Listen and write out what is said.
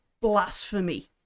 blasphemy